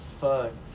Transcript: fucked